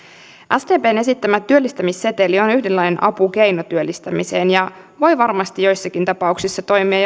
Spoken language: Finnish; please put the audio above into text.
sdpn esittämä työllistämisseteli on yhdenlainen apukeino työllistämiseen ja voi varmasti joissakin tapauksissa toimia